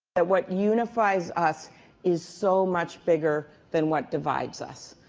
but what unifies us is so much bigger than what divides us.